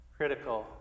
critical